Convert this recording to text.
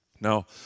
Now